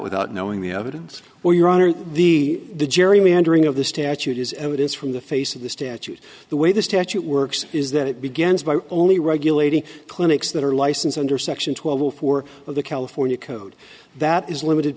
without knowing the evidence or your honor the the gerrymandering of the statute is evidence from the face of the statute the way the statute works is that it begins by only regulating clinics that are licensed under section two a will for the california code that is limited